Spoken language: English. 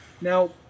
Now